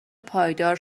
پایدار